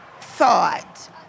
thought